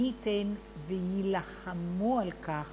מי ייתן והם יילחמו על כך